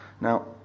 Now